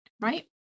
right